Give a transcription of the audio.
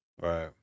Right